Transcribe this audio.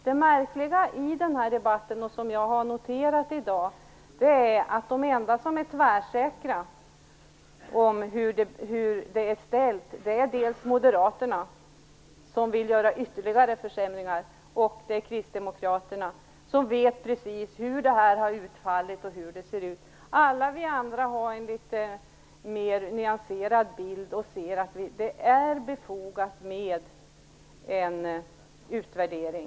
Det märkliga i denna debatt som jag har noterat i dag är att de enda som är tvärsäkra på hur det är ställt är dels Moderaterna, som vill göra ytterligare försämringar, dels Kristdemokraterna, som känner till det exakta utfallet och hur situationen är. Alla vi andra har en litet mer nyanserad bild och ser att det är befogat med en utvärdering.